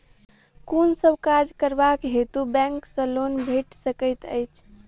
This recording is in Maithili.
केँ सब काज करबाक हेतु बैंक सँ लोन भेटि सकैत अछि?